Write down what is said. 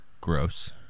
Gross